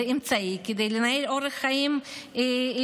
זה אמצעי כדי לנהל אורח חיים נורמלי.